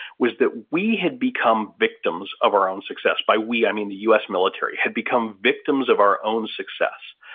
was that we had become victims of our own success by we, i mean the us military had become victims of our own success.